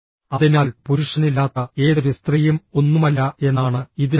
അതിനാൽ പുരുഷനില്ലാത്ത ഏതൊരു സ്ത്രീയും ഒന്നുമല്ല എന്നാണ് ഇതിനർത്ഥം